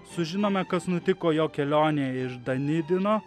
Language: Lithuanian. sužinome kas nutiko jo kelionėje iš danidino